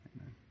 Amen